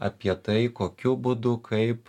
apie tai kokiu būdu kaip